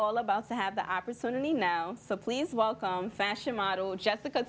all about to have the opportunity now so please welcome fashion model jessica